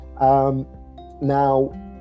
Now